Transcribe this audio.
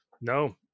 no